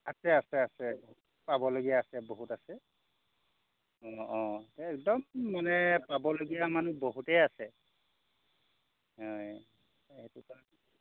আছে আছে আছে পাবলগীয়া আছে বহুত আছে অ' একদম মানে পাবলগীয়া মানুহ বহুতেই আছে হয় সেইটো কাৰণে